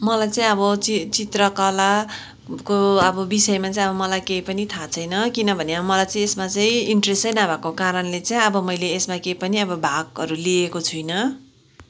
मलाई चाहिँ अब चि चित्रकलाको अब विषयमा चाहिँ अब मलाई कही पनि थहाँ छैन किनभने अब मलाई चाहिँ यसमा चाहिँ इन्ट्रेस नै नभएको कारणले चाहिँ अब मैले यसमा कै पनि अब भागहरू लिएको छुइनँ